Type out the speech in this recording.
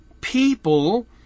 people